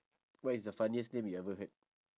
what is the funniest name you ever heard